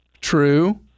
True